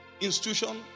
institution